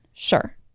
Sure